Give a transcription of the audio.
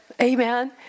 Amen